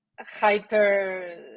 hyper